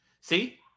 See